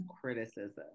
criticism